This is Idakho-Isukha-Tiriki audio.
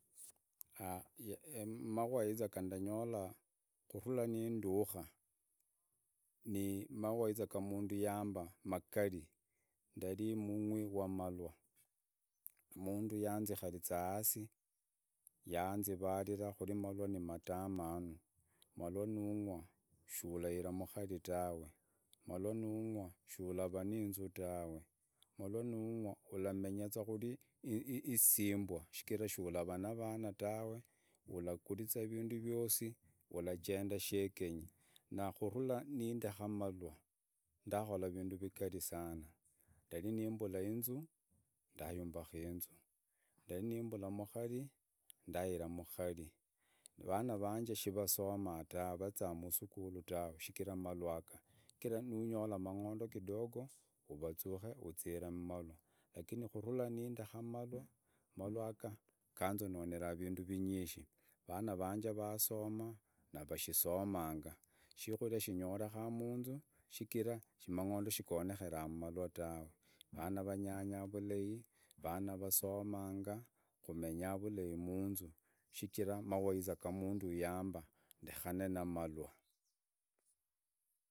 mawaidha ndakanyola khulura ninduka, nii, mawaidha ga mundu gaamba magali ndali mungwi malwa. Mundu yanzikara hasi yaniralila khuli malwa ni madamanu malwa nugwa shiulahira mukari tawe malwa nungwa shukara na vana tawe ulaguriza vindu vyosi shulagenda shegenye na kulura niindeka malwa ndakhola vindu vigali sana. Ndari niimbula inzu, ndakaumbaka, ndari niimbula mukari ndaira mukari, vana vanje shivasoma tawe vazaa musukulu tawe shikira malwa aga, shikira nuunyola mang’ondo kidogo uvauke uzii mmalwa lakini kulura niindeke mulwa malwa aga ganonyera vindu vinyishi vana vanje vasoma na vashisomanga shikuri shingoreka munu shikira mangondo shigaonekera malwa tawe vana vanyanya vulai vana vasomanga kumenya vulai muunzu, shikira mawaidha mundu yaamba ndekane na malwa.